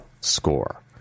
score